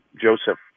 Joseph